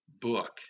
book